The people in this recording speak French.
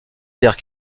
terre